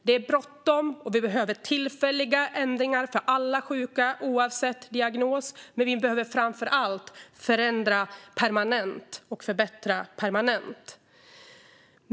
Det är bråttom. Vi behöver tillfälliga ändringar för alla sjuka oavsett diagnos, men vi behöver framför allt förändra och förbättra permanent.